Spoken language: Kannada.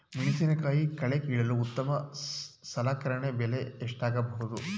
ಮೆಣಸಿನಕಾಯಿ ಕಳೆ ಕೀಳಲು ಉತ್ತಮ ಸಲಕರಣೆ ಬೆಲೆ ಎಷ್ಟಾಗಬಹುದು?